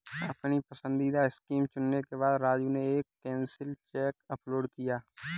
अपनी पसंदीदा स्कीम चुनने के बाद राजू ने एक कैंसिल चेक अपलोड किया